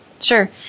Sure